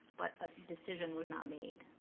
but a decision was not made.